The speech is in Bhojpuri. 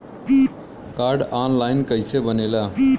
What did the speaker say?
कार्ड ऑन लाइन कइसे बनेला?